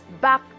back